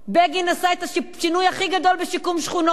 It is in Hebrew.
בגין עשה את השינוי הכי גדול בשיקום שכונות.